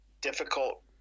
difficult